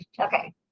Okay